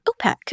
OPEC